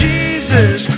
Jesus